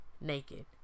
naked